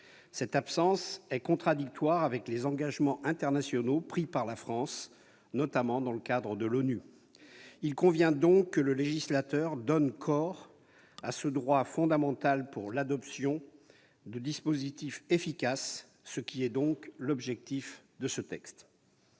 Cette absence est contradictoire avec les engagements internationaux pris par la France, notamment dans le cadre de l'ONU. Il convient donc que le législateur donne corps à ce droit fondamental par l'adoption de dispositifs efficaces, ce qui est l'objectif de ce texte.